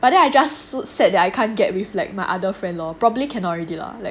but then I just so sad that I can't get with like my other friend lor probably cannot already lah like